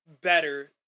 better